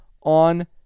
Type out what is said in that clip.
on